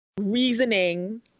reasoning